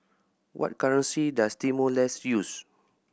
what currency does Timor Leste use